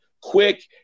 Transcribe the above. quick